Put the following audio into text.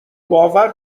باور